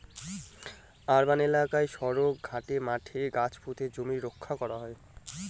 urban এলাকায় সড়ক, ঘাটে, মাঠে গাছ পুঁতে জমি রক্ষা করা হয়